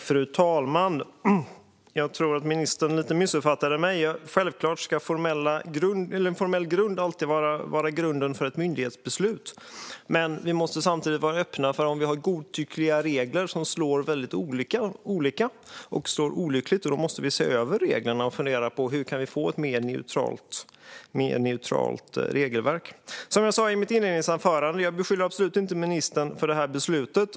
Fru talman! Jag tror att ministern missuppfattade mig. Givetvis ska det alltid finnas en formell grund för ett myndighetsbeslut. Men vi måste samtidigt vara öppna för att se över reglerna och fundera på hur vi kan få ett mer neutralt regelverk om vi har godtyckliga regler som slår olika och olyckligt. Som jag sa i mitt inledningsanförande beskyller jag absolut inte ministern för det här beslutet.